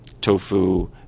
tofu